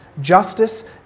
Justice